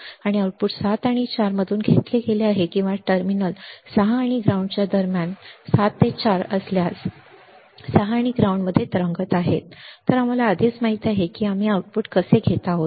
आणि आउटपुट 7 आणि 4 मधून घेतले गेले आहे किंवा टर्मिनल 6 आणि ग्राउंड दरम्यान 7 ते 4 दरम्यान असल्यास हे 6 आणि ग्राउंड मध्ये तरंगत आहे मग आम्हाला आधीच माहित आहे की आम्ही आउटपुट कसे घेत आहोत